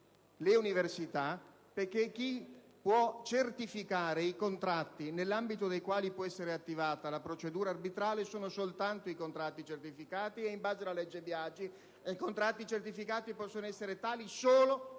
le università, perché chi può certificare i contratti nell'ambito dei quali può essere attivata la procedura arbitrale sono soltanto i soggetti certificati e, in base alla legge Biagi, i contratti certificati possono essere resi tali solo dalle